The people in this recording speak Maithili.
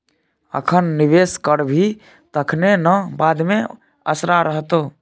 अखन निवेश करभी तखने न बाद मे असरा रहतौ